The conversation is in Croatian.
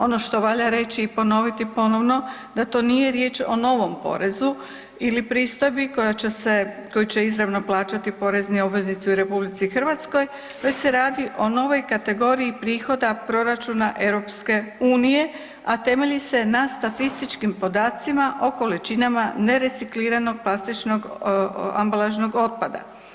Ono što valja reći i ponoviti ponovno da to nije riječ o novom porezu ili pristojbi koju će izravno plaćati porezni obveznici u RH već se radi o novoj kategoriji prihoda proračuna EU, a temelji se na statističkim podacima o količinama nerecikliranog plastičnog ambalažnog otpada.